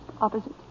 Opposite